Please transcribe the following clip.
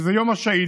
שזה יום השהידים,